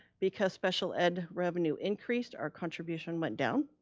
because special ed revenue increased, our contribution went down.